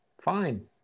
fine